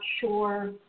sure